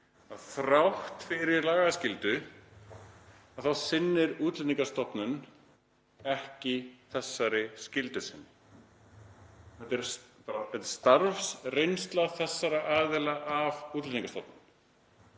þrátt fyrir lagaskyldu sinnir Útlendingastofnun ekki þessari skyldu sinni. Þetta er starfsreynsla þessara aðila af Útlendingastofnun.